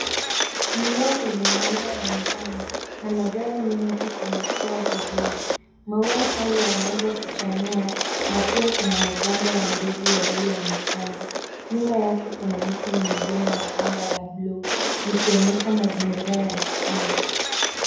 Mmea wenye maua ya njano na majani mengi ume kua vizuri. Maua hayo yame anza kuchanua na pia kuna maganda ya mbegu yalioonekana. Nyuma yake kuna miti mingine na anga la bluu likionyesha mazingira ya asili.